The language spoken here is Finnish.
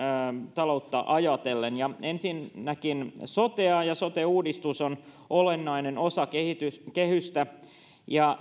taloutta ajatellen ensinnäkin sote sote uudistus on olennainen osa kehystä ja